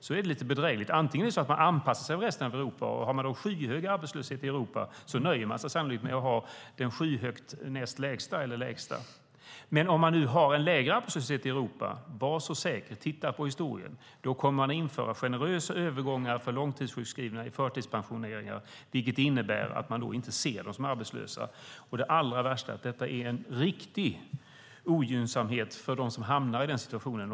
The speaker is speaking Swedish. Man får då anpassa sig till resten av Europa, och om resten av Europa har skyhög arbetslöshet nöjer man sig sannolikt med att ha den skyhögt näst lägsta eller lägsta. Men om resten Europa har en lägre arbetslöshet kommer man att införa generösa övergångar för långtidssjukskrivna i förtidspensioneringar. Var så säker - titta på historien! Det innebär att man inte ser dem som är arbetslösa. Det allra värsta är att detta är en riktig ogynnsamhet för dem som hamnar i denna situation.